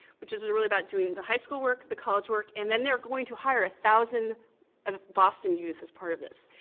which is is really about doing the high school work, the college work, and then they're going to hire a thousand ah boston youth as part of this.